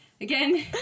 Again